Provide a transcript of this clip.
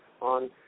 on